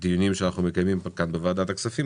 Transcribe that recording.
לדיונים שאנחנו מקיימים כאן בוועדת הכספים.